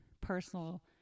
personal